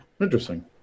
Interesting